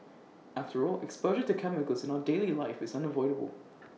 after all exposure to chemicals in our daily life is unavoidable